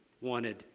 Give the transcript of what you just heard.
wanted